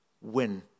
win